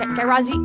guy raz,